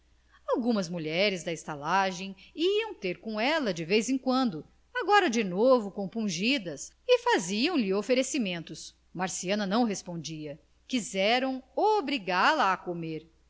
algumas mulheres da estalagem iam ter com ela de vez em quando agora de novo compungidas e faziam-lhe oferecimentos marciana não respondia quiseram obrigá-la a comer